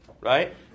right